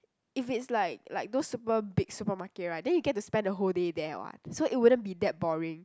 if it's like like those super big supermarket right then you get to spend the whole day there [what] so it wouldn't be that boring